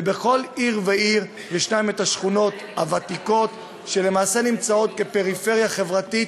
ובכל עיר ועיר יש שכונות ותיקות שנמצאות כפריפריה חברתית,